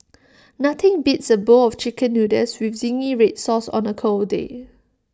nothing beats A bowl of Chicken Noodles with Zingy Red Sauce on A cold day